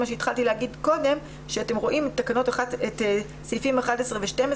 אתם רואים את סעיפים (11) ו-(12),